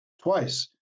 twice